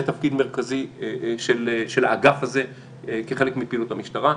זה תפקיד מרכזי של האגף הזה כחלק מפעילות המשטרה.